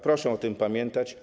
Proszę o tym pamiętać.